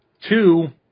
Two